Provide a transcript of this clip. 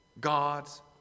God's